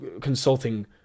consulting